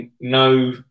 no